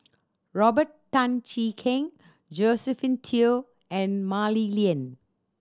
Robert Tan Jee Keng Josephine Teo and Mah Li Lian